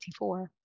1984